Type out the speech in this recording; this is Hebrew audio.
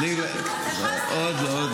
עוד לא.